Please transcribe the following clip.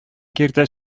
киртә